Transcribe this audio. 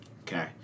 Okay